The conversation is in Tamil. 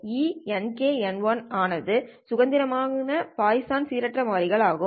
ENkNL ஆனது சுதந்திரமான பாய்சான் சீரற்ற மாறிகள் ஆகும்